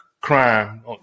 crime